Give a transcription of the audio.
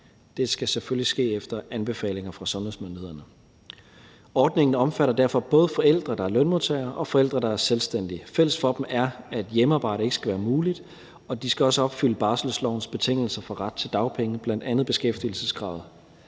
Det skal selvfølgelig ske efter anbefalinger fra sundhedsmyndighederne. Ordningen omfatter derfor både forældre, der er lønmodtagere, og forældre, der er selvstændige. Fælles for dem er, at hjemmearbejde ikke skal være muligt, og de skal også opfylde barselslovens betingelser for ret til dagpenge, bl.a. beskæftigelseskravet.